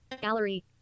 gallery